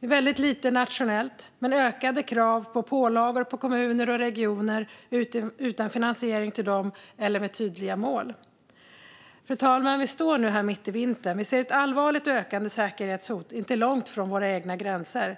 Väldigt lite sker nationellt, men det kommer ökade krav och pålagor på kommuner och regioner utan finansiering till dem eller tydliga mål. Fru talman! Vi står nu mitt i vintern. Vi ser ett allvarligt och ökande säkerhetshot inte långt från våra egna gränser.